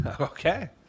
Okay